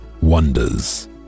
wonders